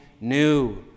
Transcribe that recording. new